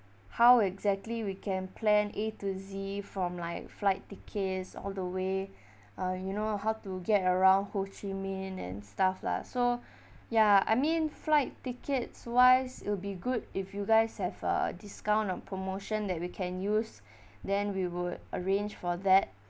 how exactly we can plan A to Z from like flight tickets all the way uh you know how to get around ho chi minh and stuff lah so ya I mean flight tickets wise it will be good if you guys have a discount or promotion that we can use then we would arrange for that